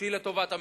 שהיא לטובת המדינה,